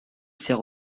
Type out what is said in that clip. sert